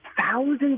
thousands